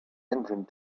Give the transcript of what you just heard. engine